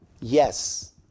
Yes